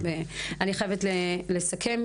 אני חייבת לסכם.